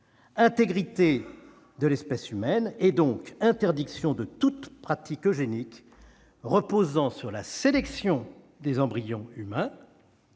intégrité de l'espèce humaine et, donc, interdiction de toute pratique eugénique reposant sur la sélection des embryons humains